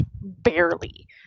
barely